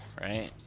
right